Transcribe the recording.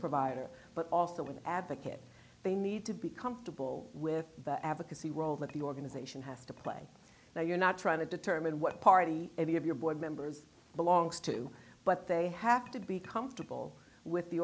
provider but also an advocate they need to be comfortable with the advocacy role that the organization has to play now you're not trying to determine what party any of your board members belongs to but they have to be comfortable with the